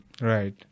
Right